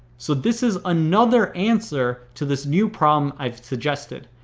so this is another answer to this new problem i've suggested.